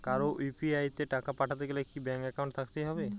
কারো ইউ.পি.আই তে টাকা পাঠাতে গেলে কি ব্যাংক একাউন্ট থাকতেই হবে?